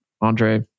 Andre